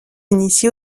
initié